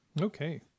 Okay